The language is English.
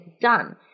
done